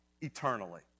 eternally